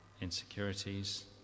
insecurities